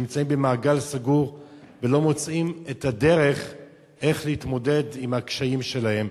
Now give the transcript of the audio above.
שנמצאים במעגל סגור ולא מוצאים את הדרך להתמודד עם הקשיים שלהם